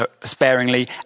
sparingly